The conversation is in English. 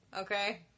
Okay